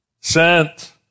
sent